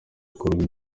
bikorwa